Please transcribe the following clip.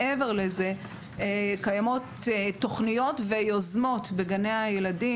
מעבר לזה קיימות תוכניות ויוזמות בגני הילדים.